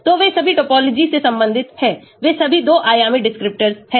तो वे सभी टोपोलॉजी से संबंधित हैं वे सभी 2 आयामी descriptors हैं